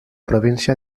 província